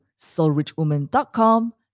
soulrichwoman.com